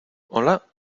hola